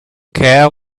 care